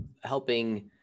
helping